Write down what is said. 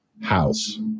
house